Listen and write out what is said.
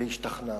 והשתכנעתי.